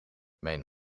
mijn